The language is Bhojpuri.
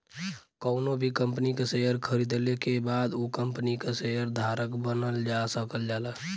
कउनो भी कंपनी क शेयर खरीदले के बाद उ कम्पनी क शेयर धारक बनल जा सकल जाला